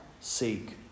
seek